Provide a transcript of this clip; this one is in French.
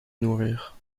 nourrir